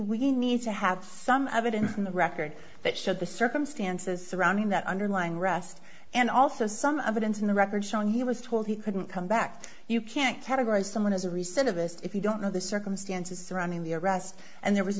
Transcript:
we need to have some evidence in the record that showed the circumstances surrounding that underlying rest and also some evidence in the record showing he was told he couldn't come back you can't have a guy someone is a reset of us if you don't know the circumstances surrounding the arrest and there was